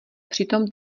přitom